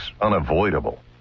unavoidable